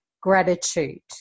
gratitude